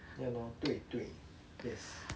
ya lor 对对 yes